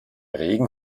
regen